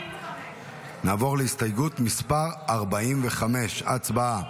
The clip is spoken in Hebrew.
45. נעבור להסתייגות 45. הצבעה.